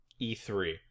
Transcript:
e3